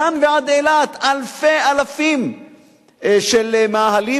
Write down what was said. מדן ועד אילת, אלפי אלפים של מאהלים.